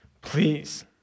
please